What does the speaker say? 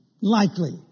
likely